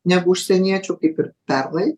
negu užsieniečių kaip ir pernai